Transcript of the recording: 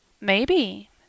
Maybe